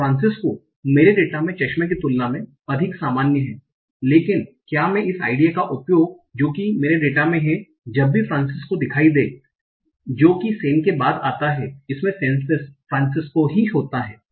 तो फ्रांसिस्को मेरे डेटा में चश्मे की तुलना में अधिक सामान्य है लेकिन क्या मैं इस आइडिया का उपयोग जो कि मेरे डेटा मे हैं जब भी फ्रांसिस्को दिखाई दे जो कि सैन के बाद आता हैं इसमे सैन फ्रांसिस्को ही होता है